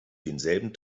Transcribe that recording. denselben